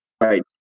Right